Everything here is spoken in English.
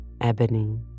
ebony